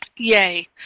Yay